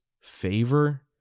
favor